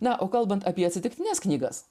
na o kalbant apie atsitiktines knygas